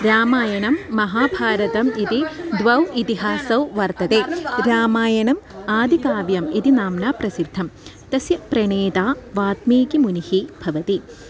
रामायणं महाभारतम् इति द्वौ इतिहासौ वर्तते रामायणम् आदिकाव्यम् इति नाम्ना प्रसिद्धं तस्य प्रणेता वाल्मीकिमुनिः भवति